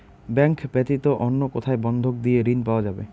Bank ব্যাতীত অন্য কোথায় বন্ধক দিয়ে ঋন পাওয়া যাবে?